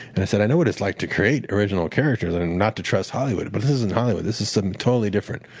and i said, i know what it's like to create original characters and not to trust hollywood, but this isn't hollywood. this is something totally different.